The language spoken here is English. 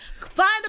find